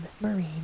marine